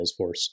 Salesforce